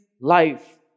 life